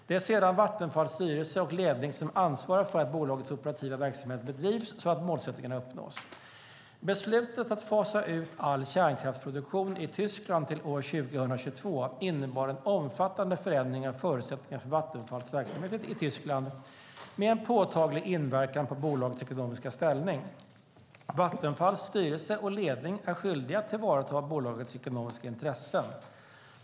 Det är sedan Vattenfalls styrelse och ledning som ansvarar för att bolagets operativa verksamhet bedrivs så att målsättningarna uppnås. Beslutet att fasa ut all kärnkraftsproduktion i Tyskland till år 2022 innebar en omfattande förändring av förutsättningarna för Vattenfalls verksamhet i Tyskland, med en påtaglig inverkan på bolagets ekonomiska ställning. Vattenfalls styrelse och ledning är skyldiga att tillvarata bolagets ekonomiska intressen.